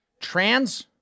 trans